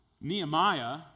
Nehemiah